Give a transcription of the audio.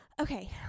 Okay